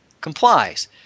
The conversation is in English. complies